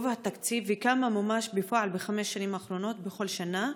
כמה מומש בפועל בחמש השנים האחרונות בכל שנה?